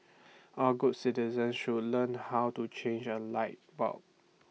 all good citizen should learn how to change A light bulb